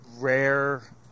rare